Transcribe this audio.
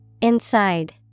Inside